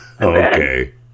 Okay